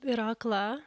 yra akla